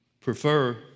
prefer